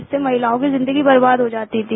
इससे महिलाओं की जिंदगी वर्बाद हो जाती थी